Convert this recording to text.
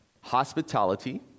hospitality